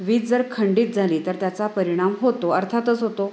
वीज जर खंडित झाली तर त्याचा परिणाम होतो अर्थातच होतो